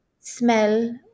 smell